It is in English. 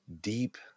deep